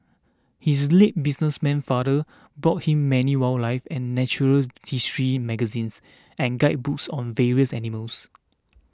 his late businessman father bought him many wildlife and natural history magazines and guidebooks on various animals